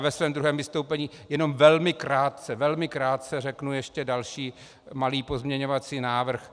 Ve svém druhém vystoupení jenom velmi krátce, velmi krátce řeknu ještě další malý pozměňovací návrh.